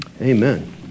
Amen